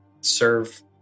serve